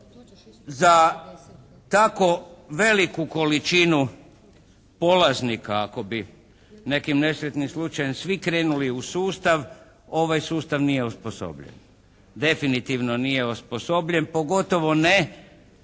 Za tako veliku količinu polaznika ako bi nekim nesretnim slučajem svi krenuli u sustav ovaj sustav nije osposobljen, definitivno nije osposobljen, pogotovo ne